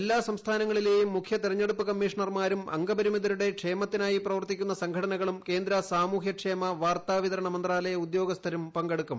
എല്ലാ സംസ്ഥാനങ്ങളിലെയും മുഖ്യ തെരഞ്ഞെടുപ്പ് കമ്മീഷണർമാരും അംഗപരിമിതരുടെ ക്ഷേമ്ത്തിനായി പ്രവർത്തിക്കുന്ന സംഘടനകളും കേന്ദ്ര സാമൂഹ്യക്ഷേമ വാർത്താവിതരണ മന്ത്രാലയ ഉദ്യോഗസ്ഥരും പങ്കെടുക്കും